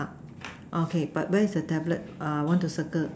okay but where's the tablet uh want to circle